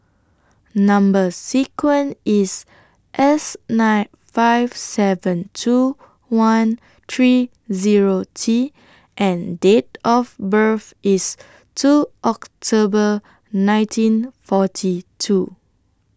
Number sequence IS S nine five seven two one three Zero T and Date of birth IS two October nineteen forty two